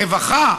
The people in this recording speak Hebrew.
הרווחה,